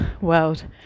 world